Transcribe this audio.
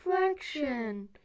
reflection